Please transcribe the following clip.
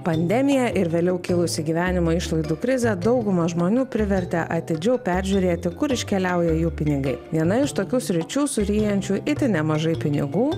pandemija ir vėliau kilusi gyvenimo išlaidų krizė daugumą žmonių privertė atidžiau peržiūrėti kur iškeliauja jų pinigai viena iš tokių sričių suryjančių itin nemažai pinigų